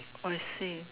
I see